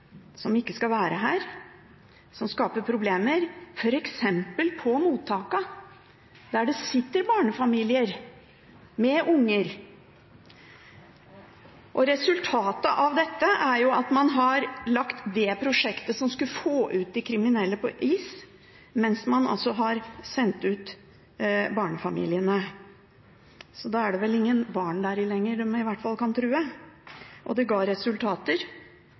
som ikke skal være her, som skaper problemer f.eks. på mottakene, der det sitter barnefamilier, familier med barn. Og resultatet av dette er at man har lagt det prosjektet som skulle få ut de kriminelle, på is, mens man har sendt ut barnefamiliene, så da er det vel i hvert fall ingen barn der lenger som de kan true. Det ga resultater.